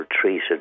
treated